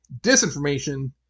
disinformation